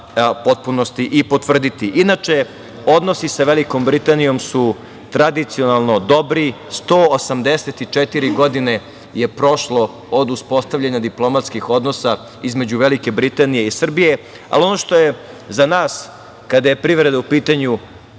potpunosti i potvrditi. Inače, odnosi sa Velikom Britanijom su tradicionalno dobri. Prošlo je 184 godine od uspostavljanja diplomatskih odnosa između Velike Britanije i Srbije, ali ono što je za nas, kada je privreda u pitanju